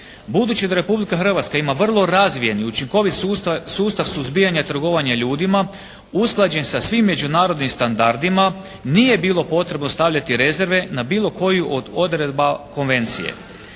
Budući da Republika Hrvatska ima vrlo razvijen i učinkovit sustav suzbijanja trgovanja ljudima usklađen sa svim međunarodnim standardima nije bilo potrebe ostavljati rezerve na bilo koju od odredba konvencije.